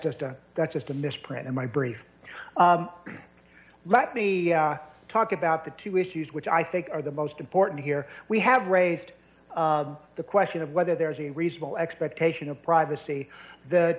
just a that's just a misprint in my brief let me talk about the two issues which i think are the most important here we have raised the question of whether there's a reasonable expectation of privacy the